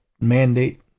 mandate